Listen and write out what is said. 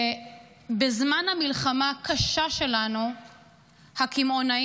ובזמן המלחמה הקשה שלנו הקמעונאים,